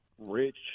rich